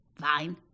Fine